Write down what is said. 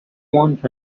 want